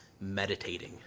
meditating